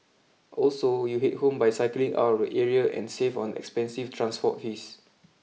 also you head home by cycling out of the area and save on expensive transport fees